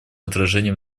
отражение